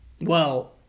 Well-